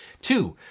Two